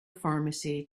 pharmacy